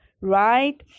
right